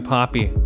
Poppy